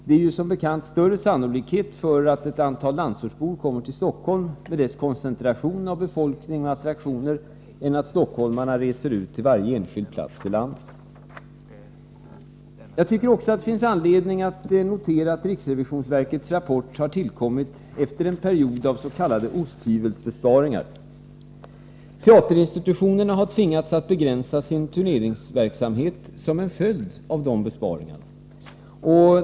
Det är som bekant större sannolikhet för att ett antal landsortsbor kommer till Stockholm med dess koncentration av befolkning och attraktioner än att stockholmare reser ut till varje enskild plats i landet. Jag tycker också att det finns anledning att notera att riksrevisionsverkets rapport har tillkommit efter en period av s.k. osthyvelsbesparingar. Teaterinstitutionerna har tvingats att begränsa sin turnéverksamhet som en följd av de besparingarna.